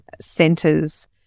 centres